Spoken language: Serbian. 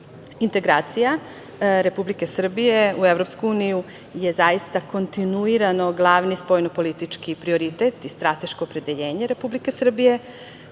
19.Integracija Republike Srbije u EU je zaista kontinuirano glavni spoljno politički prioritet i strateško opredeljenje Republike Srbije.